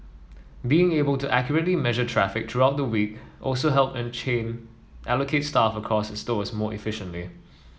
being able to accurately measure traffic throughout the week also helped the chain allocate staff across its stores more efficiently